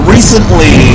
Recently